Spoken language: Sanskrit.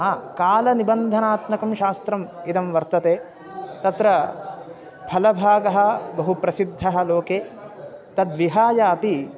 हा कालनिबन्धनात्मकं शास्त्रम् इदं वर्तते तत्र फलभागः बहु प्रसिद्धः लोके तद्विहायापि